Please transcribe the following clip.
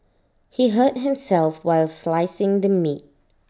he hurt himself while slicing the meat